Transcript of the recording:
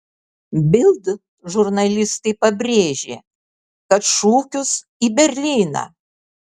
bild žurnalistai pabrėžė kad šūkius į berlyną